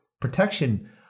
protection